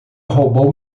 roubou